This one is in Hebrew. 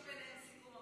יש ביניהם סיכום,